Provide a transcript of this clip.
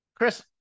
Chris